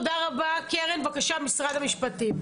קרן, בבקשה, משרד המשפטים.